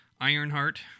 Ironheart